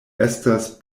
estas